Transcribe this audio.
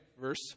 Verse